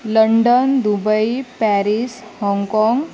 London Dubai Paris Hong Kong